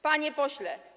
Panie Pośle!